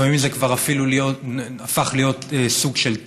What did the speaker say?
לפעמים זה כבר אפילו הפך להיות סוג של טרנד.